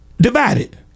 divided